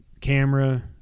camera